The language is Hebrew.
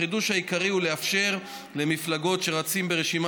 החידוש העיקרי הוא לאפשר למפלגות שרצות ברשימה